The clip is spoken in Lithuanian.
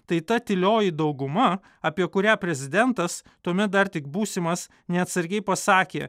tai ta tylioji dauguma apie kurią prezidentas tuomet dar tik būsimas neatsargiai pasakė